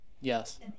Yes